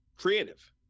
creative